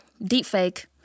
deepfake